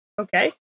Okay